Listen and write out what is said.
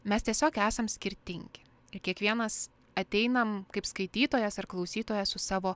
mes tiesiog esam skirtingi ir kiekvienas ateinam kaip skaitytojas ar klausytojas su savo